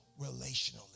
relationally